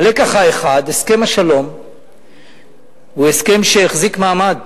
הלקח האחד, הסכם השלום הוא הסכם שהחזיק מעמד